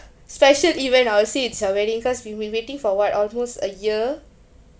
special event I would say it's a wedding cause we've been waiting for what almost a year